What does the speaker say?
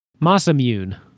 Masamune